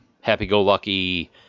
happy-go-lucky